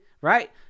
right